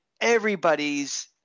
everybody's